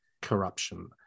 corruption